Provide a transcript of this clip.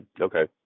Okay